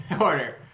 order